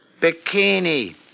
Bikini